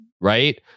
right